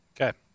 Okay